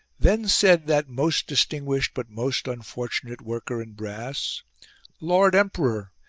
then said that most distinguished, but most unfortunate worker in brass lord emperor,